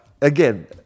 again